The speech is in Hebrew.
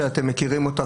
שאתם מכירים אותה,